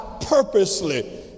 purposely